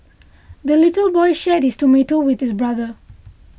the little boy shared his tomato with his brother